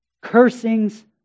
cursings